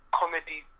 comedy